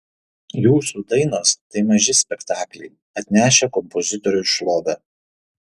jūsų dainos tai maži spektakliai atnešę kompozitoriui šlovę